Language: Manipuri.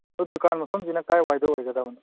ꯗꯨꯀꯥꯟ ꯃꯐꯝꯁꯤꯅ ꯀꯥꯏ ꯋꯥꯏꯗ ꯑꯣꯏꯒꯗꯕꯅꯣ